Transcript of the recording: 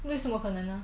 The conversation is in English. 为什么可能呢